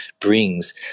brings